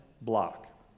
block